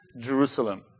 Jerusalem